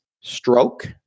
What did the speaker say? stroke